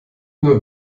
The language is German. nur